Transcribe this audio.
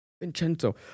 vincenzo